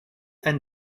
and